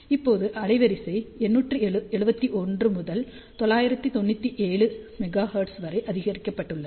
இப்போது அலைவரிசை 871 முதல் 997 மெகா ஹெர்ட்ஸ் வரை அதிகரிக்கப்பட்டுள்ளது